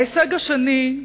ההישג השני,